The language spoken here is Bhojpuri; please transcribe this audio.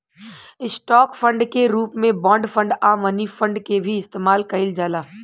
स्टॉक फंड के रूप में बॉन्ड फंड आ मनी फंड के भी इस्तमाल कईल जाला